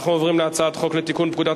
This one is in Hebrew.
אנחנו עוברים להצעת חוק לתיקון פקודת